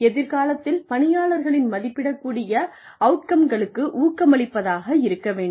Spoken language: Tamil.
எதிர்காலத்தில் பணியாளர்களின் மதிப்பிட கூடிய அவுட்கம்களுக்கு ஊக்கமளிப்பதாக இருக்க வேண்டும்